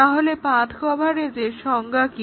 তাহলে পাথ্ কভারেজের সংজ্ঞা কি